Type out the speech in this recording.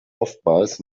oftmals